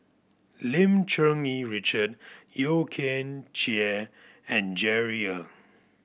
Lim Cherng Yih Richard Yeo Kian Chye and Jerry Ng